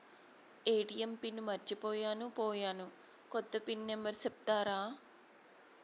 ATM pin మర్చిపోయాను పోయాను, కొత్త పిన్ నెంబర్ సెప్తారా?